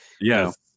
Yes